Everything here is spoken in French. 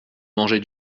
manger